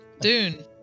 Dune